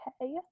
okay